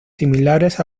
similares